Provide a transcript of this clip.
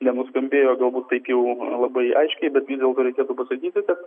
nenuskambėjo taip jau labai aiškiai bet vis dėlto reikėtų pasakyti kad